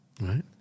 Right